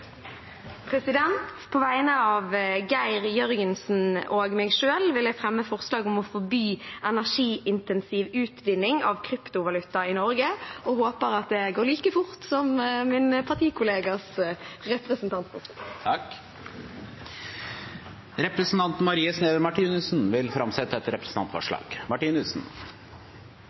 På vegne av Geir Jørgensen og meg selv vil jeg fremme forslag om å forby energiintensiv utvinning av kryptovaluta i Norge og håper at det går like fort som min partikollegas representantforslag. Representanten Marie Sneve Martinussen vil framsette et representantforslag.